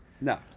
No